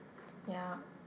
ya